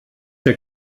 der